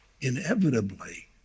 inevitably